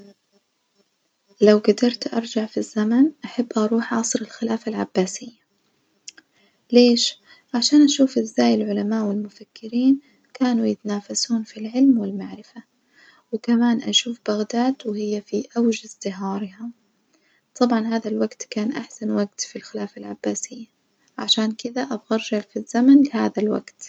لو جدرت أرجع في الزمن أحب أروح عصر الخلافة العباسية، ليش؟ عشان أشوف إزاي العلماء والمفكرين كانوا يتنافسون في العلم والمعرفة، وكمان أشوف بغداد وهي في أوج إزدهارها، طبعًا هذا الوجت كان أحسن وجت في الخلافة العباسية عشان كدة أبغى أرجع في الزمن لهذا الوجت.